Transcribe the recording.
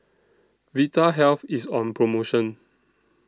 Vitahealth IS on promotion